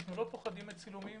אנו לא פוחדים מצילומים